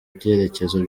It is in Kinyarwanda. byerekezo